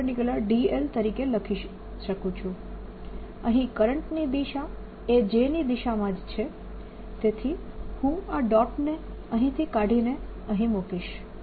A તરીકે લખી શકુ છું અહીં કરંટની દિશા એ J ની દિશામાં જ છે તેથી હું આ ડોટ ને અહીંથી કાઢીને અહીં મૂકીશ